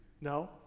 No